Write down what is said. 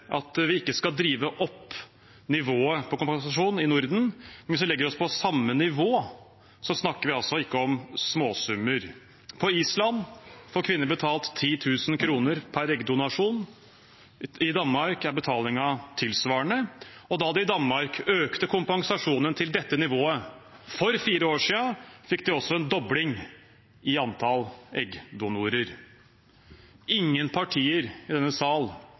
at vi ikke skal drive opp nivået på kompensasjon i Norden. Hvis vi legger oss på samme nivå, snakker vi altså ikke om småsummer. På Island får kvinner betalt 10 000 kr per eggdonasjon. I Danmark er betalingen tilsvarende. Da de i Danmark økte kompensasjonen til dette nivået for fire år siden, fikk de også en dobling i antallet eggdonorer. Ingen partier i denne